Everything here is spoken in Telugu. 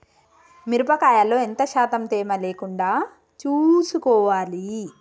మిరప కాయల్లో ఎంత శాతం తేమ లేకుండా చూసుకోవాలి?